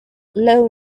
low